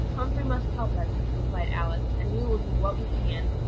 humphrey must help us, replied alice, and we will do what we can.